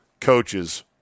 coaches